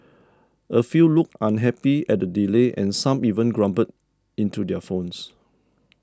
a few looked unhappy at the delay and some even grumbled into their phones